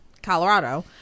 colorado